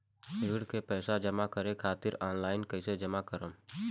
ऋण के पैसा जमा करें खातिर ऑनलाइन कइसे जमा करम?